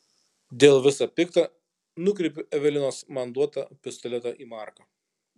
dėl visa pikta nukreipiu evelinos man duotą pistoletą į marką